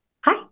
hi